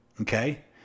Okay